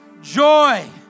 joy